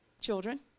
children